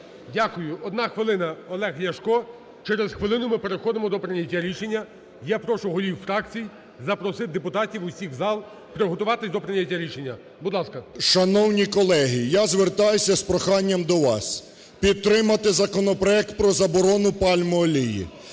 Дякую. Одна хвилина – Олег Ляшко. Через хвилину ми переходимо до прийняття рішення. Я прошу голів фракцій запросити депутатів усіх в зал приготуватись до прийняття рішення. Будь ласка. 17:18:46 ЛЯШКО О.В. Шановні колеги! Я звертаюсь з проханням до вас підтримати законопроект про заборону пальмової олії.